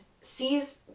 sees